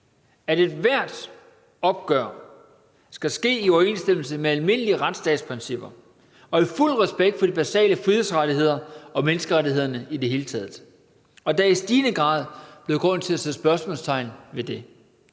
at ethvert opgør skal ske i overensstemmelse med almindelige retsstatsprincipper og i fuld respekt for de basale frihedsrettigheder og menneskerettighederne i det hele taget, og der er i stigende grad blevet grund til at sætte spørgsmålstegn ved det.